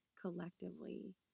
collectively